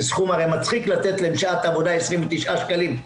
זה הרי סכום מצחיק לתת להם 29 שקלים על שעת עבודה.